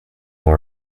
law